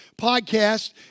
podcast